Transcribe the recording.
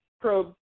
probe